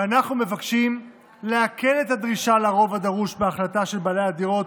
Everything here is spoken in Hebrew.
ואנחנו מבקשים להקל את הדרישה לרוב הדרוש בהחלטה של בעלי הדירות